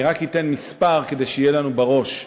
אני רק אתן מספר, כדי שיהיה לנו בראש,